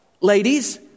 ladies